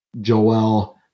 Joel